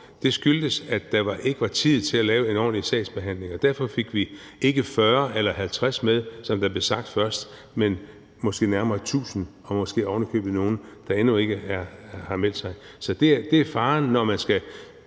skyldtes, at der ikke var tid til at lave en ordentlig sagsbehandling. Derfor fik vi ikke 40 eller 50 med, som det først blev sagt, men måske nærmere 1.000, og der er måske ovenikøbet nogle, der endnu ikke har meldt sig. Det er faren, når man skal